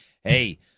Hey